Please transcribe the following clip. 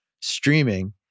streaming